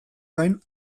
gain